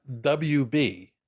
wb